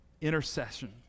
intercession